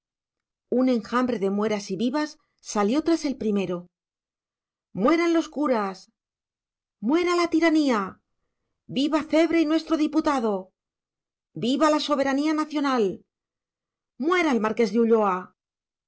un enjambre de mueras y vivas salió tras el primero mueran los curas muera la tiranía viva cebre y nuestro diputado viva la soberanía nacional muera el marqués de